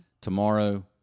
tomorrow